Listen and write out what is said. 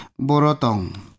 Borotong